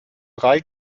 drei